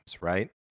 right